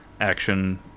action